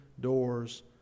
doors